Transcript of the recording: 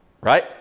Right